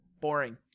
boring